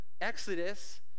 Exodus